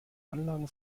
anlagen